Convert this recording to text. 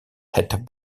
het